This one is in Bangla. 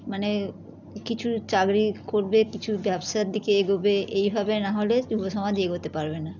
মানে কিছু চাকরি করবে কিছু ব্যবসার দিকে এগোবে এইভাবে না হলে যুব সমাজ এগোতে পারবে না